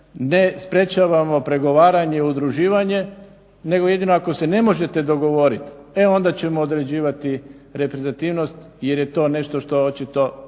ne sprečavamo pregovaranje udruživanje nego jedino ako se ne možete dogovoriti e onda ćemo određivati reprezentativnost jer je to nešto što očito